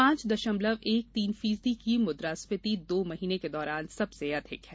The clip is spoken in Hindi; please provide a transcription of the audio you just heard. पांच दशमलव एक तीन फीसदी की मुद्रास्फीति दो महीनों के दौरान सबसे अधिक है